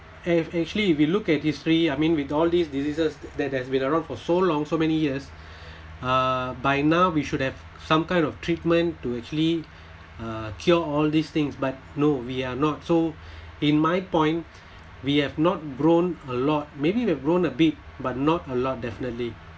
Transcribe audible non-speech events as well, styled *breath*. if actually if you look at history I mean with all these diseases that has been around for so long so many years *breath* uh by now we should have some kind of treatment to actually uh cure all these things but *breath* no we are not so in my point we have not grown a lot maybe we've grown a bit but not a lot definitely